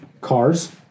cars